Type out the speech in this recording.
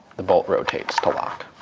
the bolt rotates to lock.